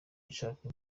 nshaka